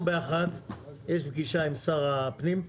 היום ב-13:00 יש פגישה עם שר הפנים,